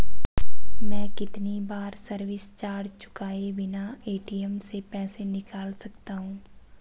मैं कितनी बार सर्विस चार्ज चुकाए बिना ए.टी.एम से पैसे निकाल सकता हूं?